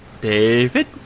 David